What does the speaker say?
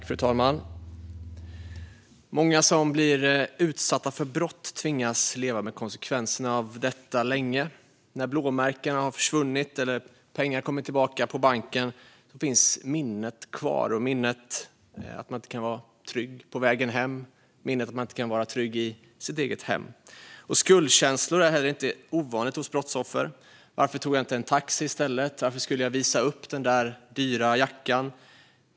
Fru talman! Många som utsätts för brott tvingas leva länge med konsekvenserna av detta. När blåmärkena har försvunnit eller när pengarna har kommit tillbaka på banken finns minnet kvar - minnet av att man inte kan vara trygg på vägen hem eller vara trygg i sitt eget hem. Skuldkänslor är inte ovanliga hos brottsoffer. Varför tog jag inte en taxi i stället? Varför visade jag upp den där dyra jackan?